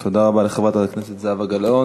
תודה רבה לחברת הכנסת זהבה גלאון.